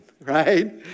right